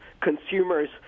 consumers